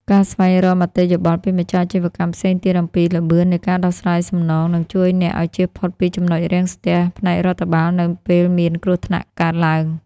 ការស្វែងរកមតិយោបល់ពីម្ចាស់អាជីវកម្មផ្សេងទៀតអំពី ល្បឿននៃការដោះស្រាយសំណង នឹងជួយអ្នកឱ្យជៀសផុតពី ចំណុចរាំងស្ទះ ផ្នែករដ្ឋបាលនៅពេលមានគ្រោះថ្នាក់កើតឡើង។